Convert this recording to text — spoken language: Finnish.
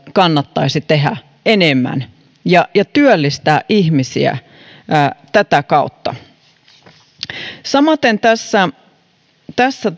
kannattaisi tehdä enemmän ja ja työllistää ihmisiä tätä kautta samaten tässä tässä